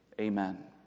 Amen